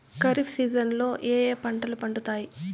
ఖరీఫ్ సీజన్లలో ఏ ఏ పంటలు పండుతాయి